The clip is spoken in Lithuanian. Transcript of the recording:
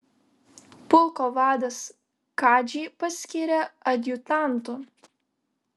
pulko vadas kadžį paskyrė adjutantu